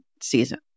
season